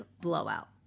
blowout